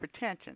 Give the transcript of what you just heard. hypertension